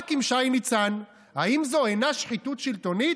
רק עם שי ניצן, האם זו אינה שחיתות שלטונית?